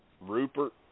Rupert